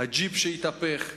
ג'יפ שהתהפך,